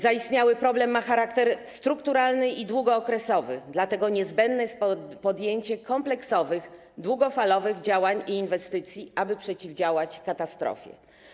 Zaistniały problem ma charakter strukturalny i długookresowy, dlatego niezbędne jest podjęcie kompleksowych, długofalowych działań i inwestycji, aby przeciwdziałać katastrofie.